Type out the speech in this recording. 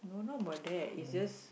don't know about that is just